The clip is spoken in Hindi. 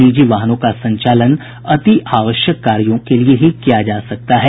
निजी वाहनों का संचालन अतिआवश्यक कार्यों के लिए ही किया जा सकता है